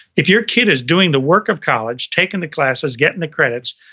if your kid is doing the work of college, taking the classes, getting the credits,